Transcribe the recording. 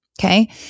Okay